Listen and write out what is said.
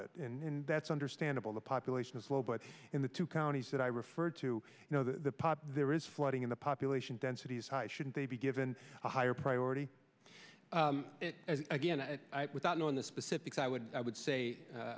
it and that's understandable the population is low but in the two counties that i referred to you know the pot there is flooding in the population density is high shouldn't they be given a higher priority again without knowing the specifics i would i would say